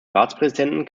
ratspräsidenten